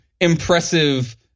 impressive